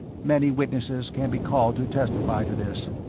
many witnesses can be called to testify to this.